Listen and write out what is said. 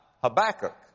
Habakkuk